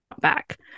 back